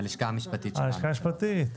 הלשכה המשפטית שלנו.